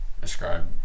Describe